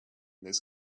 this